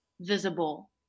visible